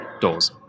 doors